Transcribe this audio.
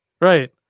right